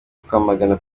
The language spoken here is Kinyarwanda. kwamagana